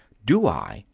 do i!